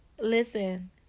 Listen